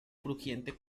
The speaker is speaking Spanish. crujiente